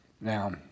Now